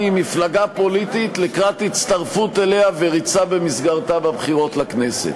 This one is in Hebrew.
עם מפלגה פוליטית לקראת הצטרפות אליה וריצה במסגרתה בבחירות לכנסת,